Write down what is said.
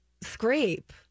scrape